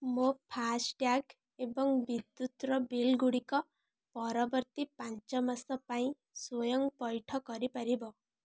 ମୋର ଫାସ୍ଟ୍ୟାଗ୍ ଏବଂ ବିଦ୍ୟୁତ୍ ର ବିଲ୍ ଗୁଡ଼ିକ ପରବର୍ତ୍ତୀ ପାଞ୍ଚ ମାସ ପାଇଁ ସ୍ଵୟଂ ପଇଠ କରିପାରିବ